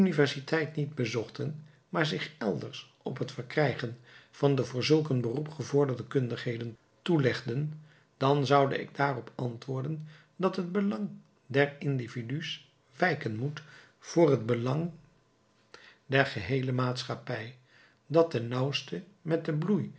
universiteit niet bezochten maar zich elders op het verkrijgen van de voor zulk een beroep gevorderde kundigheden toelegden dan zoude ik daarop antwoorden dat het belang der individu's wijken moet voor het belang der geheele maatschappij dat ten nauwste met den bloei